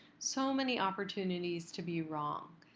so many opportunities to be wrong.